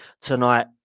tonight